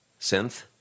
synth